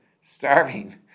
starving